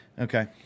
Okay